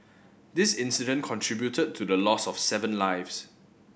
this incident contributed to the loss of seven lives